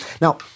Now